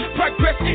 progress